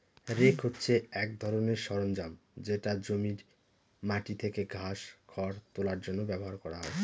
rake হছে এক ধরনের সরঞ্জাম যেটা জমির মাটি থেকে ঘাস, খড় তোলার জন্য ব্যবহার করা হয়